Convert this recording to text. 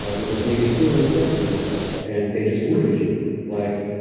ah with those navy seal instructors and stuff, and they just look at you like,